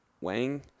Wang